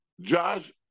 Josh